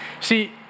See